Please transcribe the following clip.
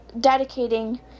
dedicating